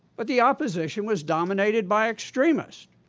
but the opposition was dominated by extremists.